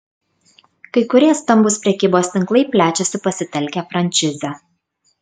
kai kurie stambūs prekybos tinklai plečiasi pasitelkę frančizę